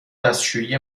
دستشویی